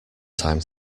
time